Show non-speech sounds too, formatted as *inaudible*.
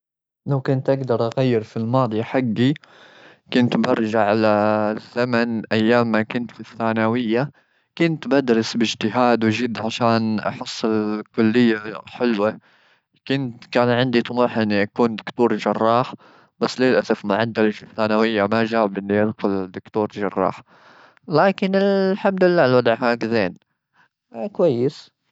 لو كنت أقدر أغير في الماضي حجي، *noise* كنت برجع ل *hesitation* زمن أيام ما كنت *noise* في الثانوية. كنت بدرس باجتهاد وجد *noise* عشان أحصل *noise* كلية حلوة. *noise* كنت-كان عندي طموح *noise* إني أكون دكتور *noise* جراح، بس للأسف *noise* معدلي في الثانوية، ما *noise* جاب إني أدخل دكتور جراح. لكن الحمد لله، الوضع هيك زين. كويس.